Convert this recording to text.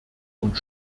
und